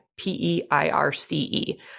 P-E-I-R-C-E